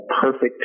perfect